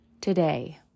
today